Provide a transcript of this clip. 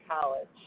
college